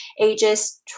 ages